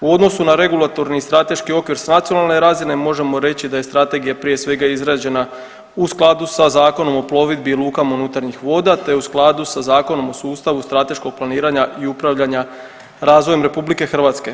U odnosu na regulatorni strateški okvir s nacionalne razine možemo reći da je strategija prije svega izrađena u skladu sa Zakonom o plovidbi i lukama unutarnjih voda te u skladu sa Zakonom o sustavu strateškog planiranja i upravljanja razvojem RH.